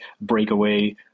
breakaway